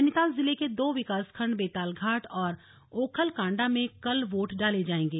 नैनीताल जिले के दो विकासखंड बेतालघाट और ओखलकाण्डा में कल वोट डाले जाएंगे